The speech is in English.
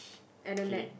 and a net